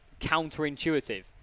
counterintuitive